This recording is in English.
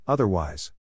Otherwise